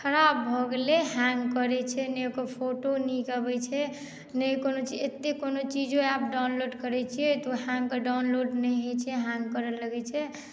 phone खराब भऽ गेलै हैंग करैत छै नहि ओकर फोटो नीक अबैत छै नहि कोनो चीज एतेक कोनो चीजो ऍप डाउनलोड करैत छियै तऽ ओ हैंग डाउनलोड नहि होइत छै हैंग करय लगैत छै